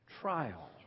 Trial